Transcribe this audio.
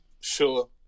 sure